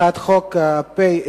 הצעת חוק פ/1856,